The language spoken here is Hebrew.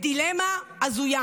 בדילמה הזויה.